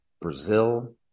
Brazil